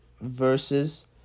versus